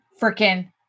freaking